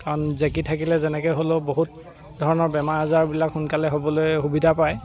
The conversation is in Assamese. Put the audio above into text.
কাৰণ জেকি থাকিলে যেনেকৈ হ'লেও বহুত ধৰণৰ বেমাৰ আজাৰবিলাক সোনকালে হ'বলৈ সুবিধা পায়